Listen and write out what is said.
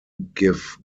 give